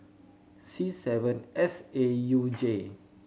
C seven S A U J